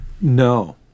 no